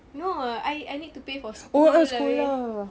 no I I need to pay for school lah wei